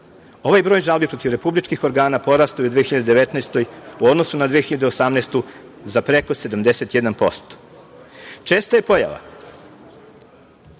Ovaj broj žalbi protiv republičkih organa porastao je u 2019. godini u odnosu na 2018. godinu za preko 71%.Česta je pojava